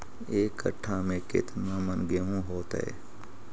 एक कट्ठा में केतना मन गेहूं होतै?